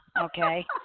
okay